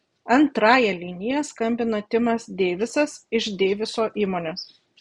antrąja linija skambina timas deivisas iš deiviso įmonės